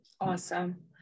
Awesome